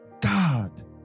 God